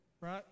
right